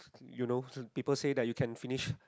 you know people say that you can finish